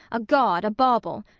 a gaud, a bauble,